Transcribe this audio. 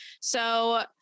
so-